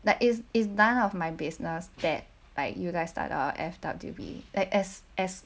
that is it's none of my business that like you guys start or F_W_B like as as